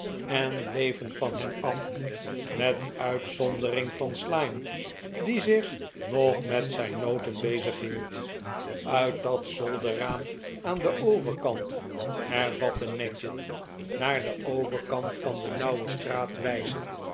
en bleven van hem af t met uitzondering van slyme die zich nog met zijn noten bezighield uit dat zolderraam aan den overkant hervatte nadgett naar den overkant van de nauwe straat wijzend